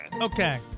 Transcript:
Okay